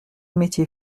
métier